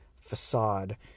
facade